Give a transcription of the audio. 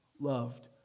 loved